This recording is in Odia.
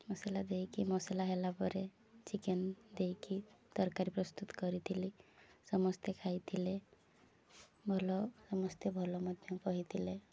ମସଲା ଦେଇକି ମସଲା ହେଲା ପରେ ଚିକେନ୍ ଦେଇକି ତରକାରୀ ପ୍ରସ୍ତୁତ କରିଥିଲି ସମସ୍ତେ ଖାଇଥିଲେ ଭଲ ସମସ୍ତେ ଭଲ ମଧ୍ୟ କହିଥିଲେ